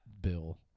bill